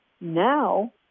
Now